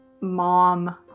mom